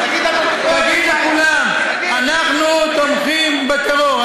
תגיד לכולם: אנחנו תומכים בטרור.